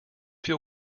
feel